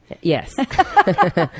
Yes